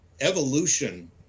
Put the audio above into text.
evolution